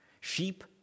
Sheep